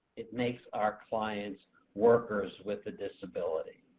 it makes our clients workers with a disability.